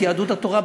את יהדות התורה,